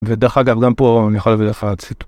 ודרך אגב גם פה אני יכול לביא לך ציטוט.